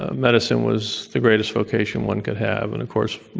ah medicine was the greatest vocation one could have, and of course,